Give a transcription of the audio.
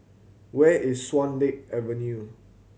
where is Swan Lake Avenue